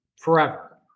forever